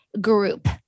group